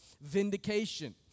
vindication